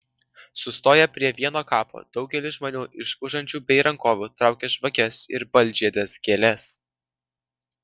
sustoję prie vieno kapo daugelis žmonių iš užančių bei rankovių traukia žvakes ir baltžiedes gėles